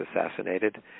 assassinated